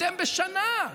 אתם בשנה.